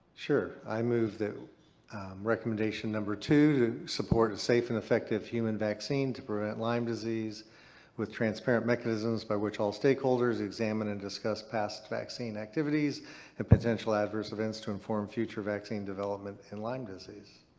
sure. i move that recommendation number two to support a safe and effective human vaccine to prevent lyme disease with transparent mechanisms by which all stakeholders examine and discuss past vaccine activities and potential adverse events to inform future vaccine development in lyme disease.